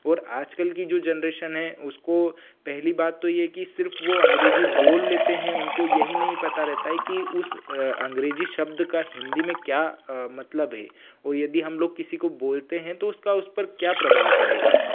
और आजकल की जो जेनरेशन है उसको पहली बात तो ये कि सिर्फ वो अंग्रेजी बोल लेते हैं उनको यही नहीं पता रहता है कि उस अंग्रेजी शब्द का हिंदी में क्या मतलब है और यदि हम लोग किसी को बोलते हैं तो उसका उस पर क्या प्रभाव पड़ेगा